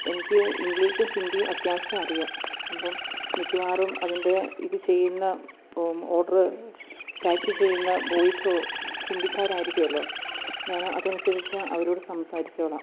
എനിക്ക് ഇംഗ്ലീഷും ഹിന്ദിയും അത്യാവശ്യം അറിയാം അപ്പോള് മിക്കവാറും അതിൻ്റെ ഇത് ചെയ്യുന്ന ഓർഡര് പാക്ക് ചെയ്യുന്ന ബോയ്സോ ഹിന്ദിക്കാരായിരിക്കുമല്ലോ ഞാൻ അതനുസരിച്ചു അവരോട് സംസാരിച്ചോളാം